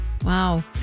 Wow